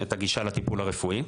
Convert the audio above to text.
את הגישה לטיפול הרפואי.